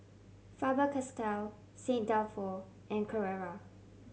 Faber Castell Saint Dalfour and Carrera